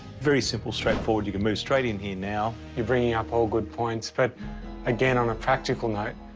very simple, straightforward. you can move straight in here now. you're bringing up all good points, but again, on a practical note,